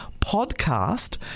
podcast